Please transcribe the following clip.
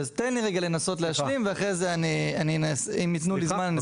אז תן לי לנסות להשלים אם יתנו לי עוד זמן.